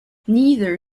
neither